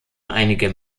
einige